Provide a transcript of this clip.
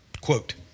Quote